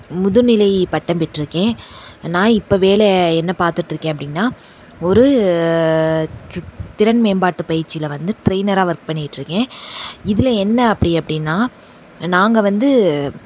முதுநிலை பட்டம் பெற்றுக்கேன் நான் இப்போ வேலை என்ன பார்த்துட்ருக்கேன் அப்படின்னா ஒரு ட்ரு திறன் மேம்பாட்டு பயிற்சியில் வந்து ட்ரெயினராக ஒர்க் பண்ணிக்கிட்ருக்கேன் இதில் என்ன அப்படி அப்படின்னா நாங்கள் வந்து